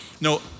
No